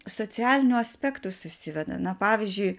socialinių aspektų susiveda na pavyzdžiui